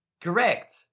Correct